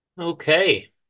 Okay